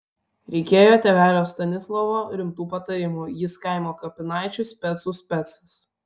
reikėjo tėvelio stanislovo rimtų patarimų jis kaimo kapinaičių specų specas